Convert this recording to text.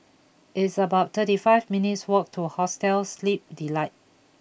it's about thirty five minutes' walk to Hostel Sleep Delight